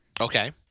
Okay